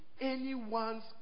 anyone's